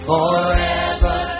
Forever